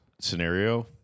scenario